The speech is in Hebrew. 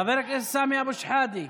חבר הכנסת סמי אבו שחאדה,